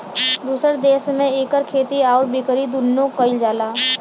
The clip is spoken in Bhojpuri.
दुसर देस में इकर खेती आउर बिकरी दुन्नो कइल जाला